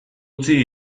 utzi